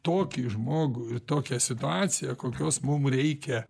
tokį žmogų ir tokią situaciją kokios mum reikia